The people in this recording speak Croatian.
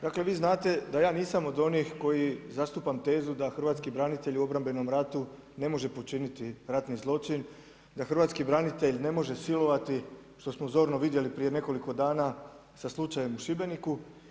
Dakle, vi znate, da ja nisam od onih kojih zastupam tezu da hrvatski branitelji u obrambenom ratu, ne može počiniti ratni zločin, da hrvatski branitelj ne može silovati, što smo zorno vidjeli prije nekoliko dana sa slučajem u Šibeniku.